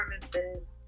performances